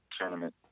tournament